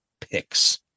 picks